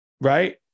right